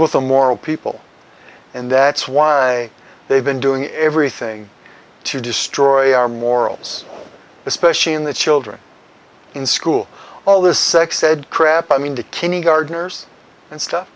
with a moral people and that's why they've been doing everything to destroy our morals especially in the children in school all this sex ed crap i mean to kindergartners and stuff